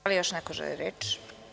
Da li još neko želi reč?